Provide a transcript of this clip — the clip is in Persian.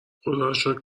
خداروشکر